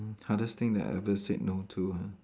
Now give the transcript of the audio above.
hardest thing that I ever said no to ha